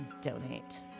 donate